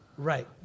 Right